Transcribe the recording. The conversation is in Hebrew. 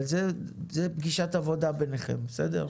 אבל זו פגישת עבודה ביניכם, בסדר.